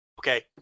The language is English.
Okay